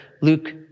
Luke